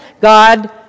God